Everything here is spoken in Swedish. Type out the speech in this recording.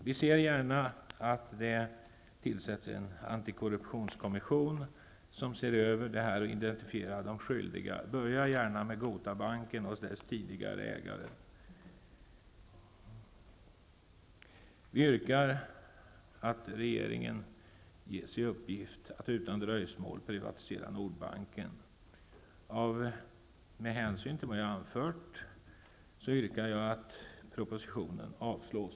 Vi ser gärna att det tillsätts en antikorruptionskommission som ser över detta och identifierar de skyldiga. Man kan gärna börja med Jag yrkar att regeringen ges i uppgift att utan dröjsmål privatisera Nordbanken. Med det anförda yrkar jag att propositionen avslås.